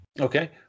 Okay